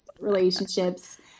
relationships